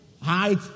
height